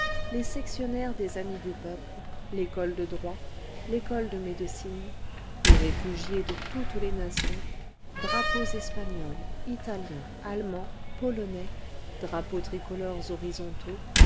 les sectionnaires des amis du peuple l'école de droit l'école de médecine les réfugiés de toutes les nations drapeaux espagnols italiens allemands polonais drapeaux tricolores horizontaux